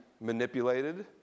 manipulated